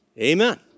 amen